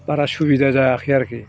बारा सुबिदा जायाखै आरोखि